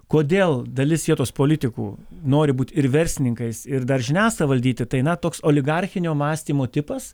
kodėl dalis vietos politikų nori būt ir verslininkais ir dar žiniasklaidą valdyti tai na toks oligarchinio mąstymo tipas